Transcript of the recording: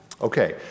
Okay